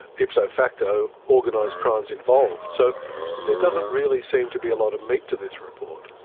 ipso facto, organised crime is involved. so there doesn't really seem to be a lot of meat to this report.